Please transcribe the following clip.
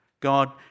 God